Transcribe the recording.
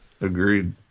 Agreed